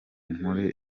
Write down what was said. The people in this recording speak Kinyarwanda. nkore